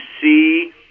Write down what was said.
see